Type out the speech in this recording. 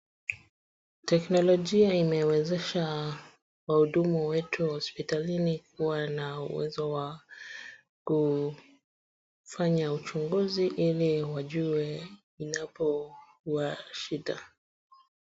Teknolojia imewezesha wahudumu wetu wa hospitalini kuwa na uwezo wa kufanya uchunguzi ili wajue inapokuwa shida.